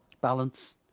Balance